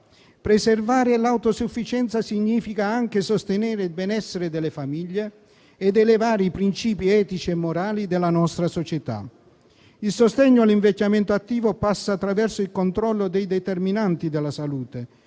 Preservare l'autosufficienza significa anche sostenere il benessere delle famiglie ed elevare i principi etici e morali della nostra società. Il sostegno all'invecchiamento attivo passa attraverso il controllo dei determinanti della salute,